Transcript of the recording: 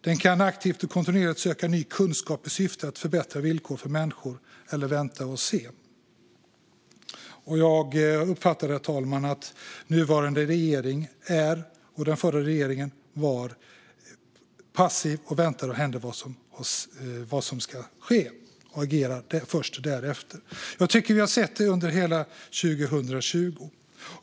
Den kan aktivt och kontrollerat söka ny kunskap i syfte att förbättra villkoren för människor eller så kan den vänta och se. Jag uppfattar, herr talman, att den nuvarande regeringen är, och den förra regeringen var, passiv och väntar och ser vad som ska ske och agerar först därefter. Jag tycker att vi har sett detta under hela 2020.